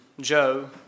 Joe